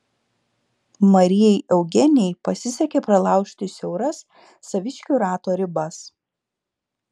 marijai eugenijai pasisekė pralaužti siauras saviškių rato ribas